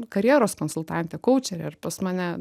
karjeros konsultantė koučerė ir pas mane